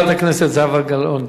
חברת הכנסת זהבה גלאון,